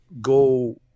go